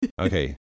Okay